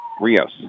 Rios